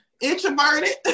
introverted